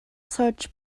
search